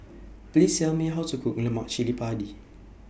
Please Tell Me How to Cook Lemak Cili Padi